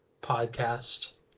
podcast